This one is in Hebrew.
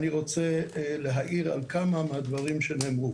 אני רוצה לספר לכם בתמצית על השנה הארורה שעברתי.